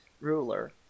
ruler